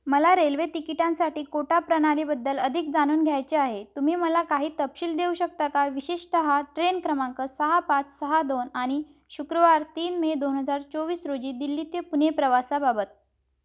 मला रेल्वे तिकिटांसाठी कोटा प्रणालीबद्दल अधिक जाणून घ्यायचे आहे तुम्ही मला काही तपशील देऊ शकता का विशेषतः ट्रेन क्रमांक सहा पाच सहा दोन आणि शुक्रवार तीन मे दोन हजार चोवीस रोजी दिल्ली ते पुणे प्रवासाबाबत